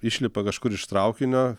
išlipa kažkur iš traukinio